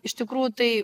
iš tikrųjų tai